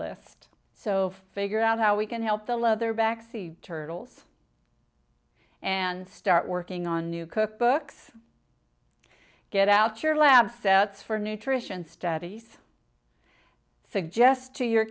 list so figure out how we can help the leatherback sea turtles and start working on new cookbooks get out your lab sets for nutrition studies suggest to your